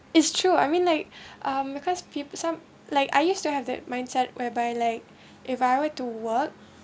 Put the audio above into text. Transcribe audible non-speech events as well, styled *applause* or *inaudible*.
it's true I mean like *breath* um because peo~ some like I used to have the mindset whereby like *breath* if I were to work